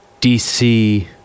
DC